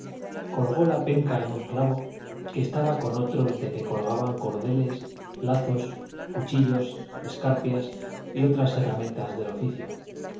colgó la penca en un clavo que estaba con otros de que colgaban cordeles lazos cuchillos escarpias y otras herramientas del oficio